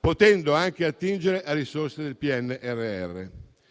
potendo anche attingere a risorse del PNRR.